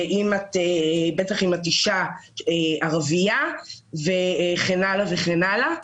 בטח את אישה ערבייה וכן הלאה וכן הלאה.